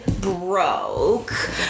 broke